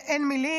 אין מילים.